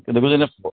କେତେ ପଇସା ନେବୁ କୁହ